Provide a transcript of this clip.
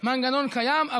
מנגנון קיים,